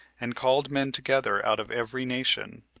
and called men together out of every nation.